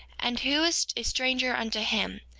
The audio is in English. and who is a stranger unto him,